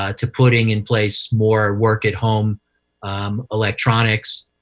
ah to putting in place more work-at-home electronics.